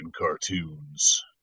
cartoons